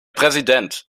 präsident